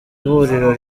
huriro